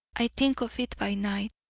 i think of it by night.